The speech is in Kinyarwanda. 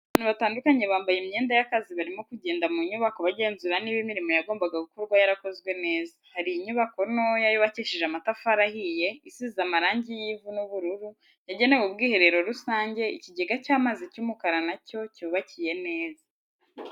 Abantu batandukanye bambaye imyenda y'akazi barimo kugenda mu nyubako bagenzura niba imirimo yagombaga gukorwa yarakozwe neza, hari inyubako ntoya yubakishije amatafari ahiye isize amarangi y'ivu n'ubururu yagenewe ubwiherero rusange ikigega cy'amazi cy'umukara na cyo cyubakiye neza.